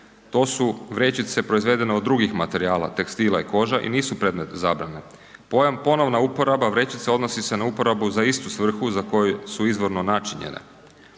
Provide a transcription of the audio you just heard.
to su vrećice proizvedene od drugih materijala tekstila i kože i nisu predmet zabrane. Pojam ponovna uporaba vrećica odnosi se na uporabu za istu svrhu za koju su izvorno načinjene,